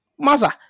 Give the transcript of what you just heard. Masa